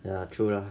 ya true lah